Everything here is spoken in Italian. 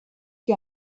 che